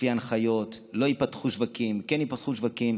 שלפי ההנחיות לא ייפתחו שווקים, כן ייפתחו שווקים.